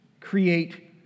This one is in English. create